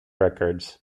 record